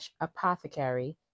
Apothecary